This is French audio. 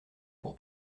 pour